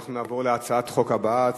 אנחנו נעבור להצעת החוק הבאה,